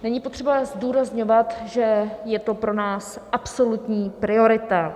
Není potřeba zdůrazňovat, že je to pro nás absolutní priorita.